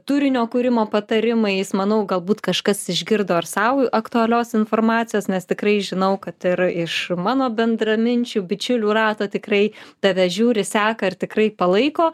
turinio kūrimo patarimais manau galbūt kažkas išgirdo ir sau aktualios informacijos nes tikrai žinau kad ir iš mano bendraminčių bičiulių rato tikrai tave žiūri seka ir tikrai palaiko